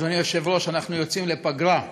אדוני היושב-ראש, אנחנו יוצאים לפגרה,